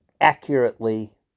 accurately